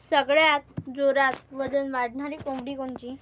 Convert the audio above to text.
सगळ्यात जोरात वजन वाढणारी कोंबडी कोनची?